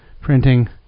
Printing